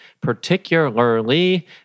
particularly